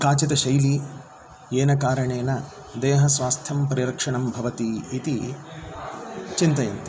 काचिद् शैली येन कारणेन देहस्वास्थ्यं परिरक्षणं भवति इति चिन्तयन्ति